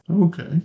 Okay